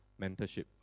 mentorship